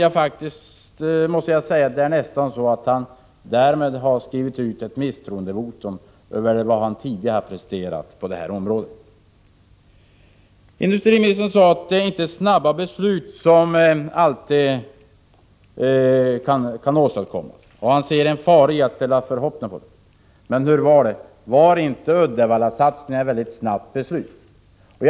Jag måste därför få säga att jag upplever det som ett misstroendevotum från hans sida mot det som han tidigare har presterat på detta område. Industriministern sade att det inte alltid snabbt kan åstadkommas beslut, och han ser en fara i att ställa förhoppningar på sådana. Men hur var det med Uddevallasatsningen? Fattades inte det beslutet mycket snabbt?